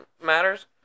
matters